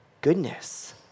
goodness